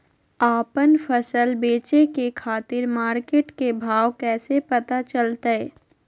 आपन फसल बेचे के खातिर मार्केट के भाव कैसे पता चलतय?